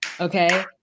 Okay